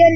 R